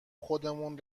خودمون